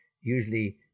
usually